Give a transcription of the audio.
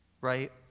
Right